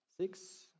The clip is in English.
six